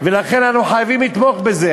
לכן אנחנו חייבים לתמוך בזה.